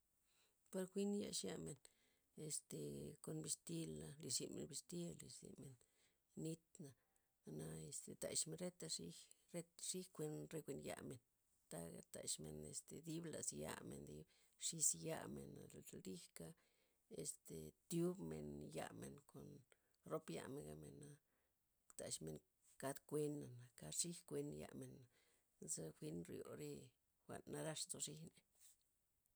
Par jwi'n yex yamen este kon bixtila', lirzyn bixtya, lirzyn men nitna' jwa'na este taxmen reta xij re xij re kuen yamen, taga taxmen este dib lazyamen, dib xij zis yamen ll- lijka' este tyob men yamen kon rop yamen gabmena', taxmen kad kuena' kad xij kuen yamen zajwi'n ryo re jwa'n narax nzo zijney.